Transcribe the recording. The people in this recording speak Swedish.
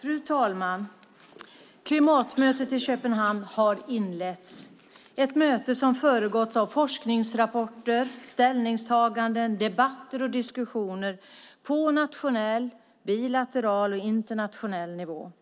Fru ålderspresident! Klimatmötet i Köpenhamn har inletts - ett möte som föregåtts av forskningsrapporter, ställningstaganden, debatter och diskussioner på nationell, bilateral och internationell nivå.